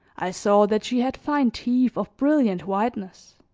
i saw that she had fine teeth of brilliant whiteness